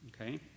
okay